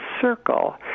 circle